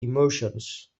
emotions